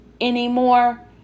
anymore